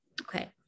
okay